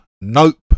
Nope